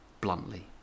bluntly